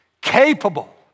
capable